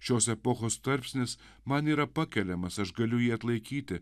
šios epochos tarpsnis man yra pakeliamas aš galiu jį atlaikyti